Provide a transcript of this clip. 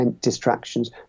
distractions